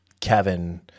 Kevin